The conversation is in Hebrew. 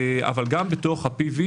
אבל גם בתוך ה-PV,